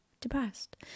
depressed